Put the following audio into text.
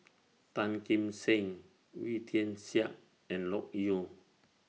Tan Kim Seng Wee Tian Siak and Loke Yew